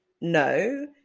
no